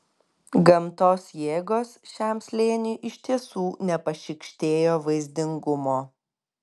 gamtos jėgos šiam slėniui iš tiesų nepašykštėjo vaizdingumo